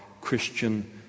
Christian